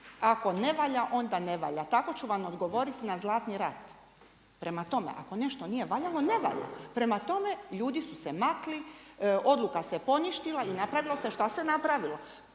ako ne valja onda ne valja. Tako ću vam odgovoriti na Zlatni rat. Prema tome, ako nešto nije valjalo, ne valja. Prema tome, ljudi su se makli, odluka se poništila i napravilo se šta se napravilo.